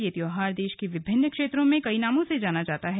यह त्योहार देश के विभिन्न क्षेत्रों में कई नामों से जाना जाता है